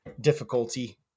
difficulty